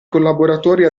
collaboratori